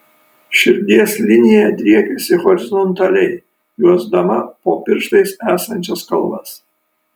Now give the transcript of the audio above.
širdies linija driekiasi horizontaliai juosdama po pirštais esančias kalvas